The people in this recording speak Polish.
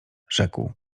rzekł